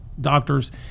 doctors